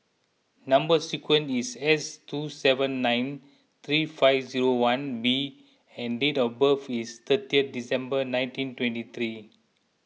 Number Sequence is S two seven nine three five zero one B and date of birth is thirtieth December nineteen twenty three